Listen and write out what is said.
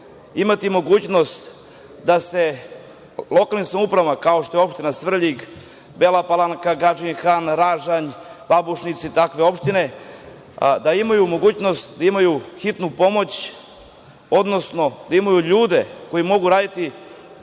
imati mogućnost da se lokalnim samoupravama kao što je opština Svrljig, Bela Palanka, Gadžin Han, Ražadž, Babušnica i takve opštine, da imaju mogućnost, da imaju hitnu pomoć, odnosno da imaju ljude koji mogu radi